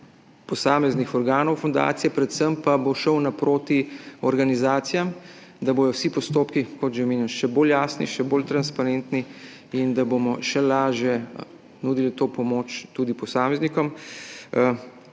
posameznih organov fundacije, predvsem pa bo šel naproti organizacijam, da bodo vsi postopki, kot že omenjeno, še bolj jasni, še bolj transparentni in da bomo še lažje nudili to pomoč tudi posameznikom.